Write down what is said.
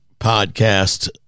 podcast